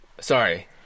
sorry